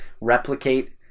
replicate